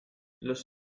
los